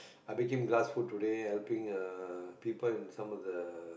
I became glass food today helping uh people in some of the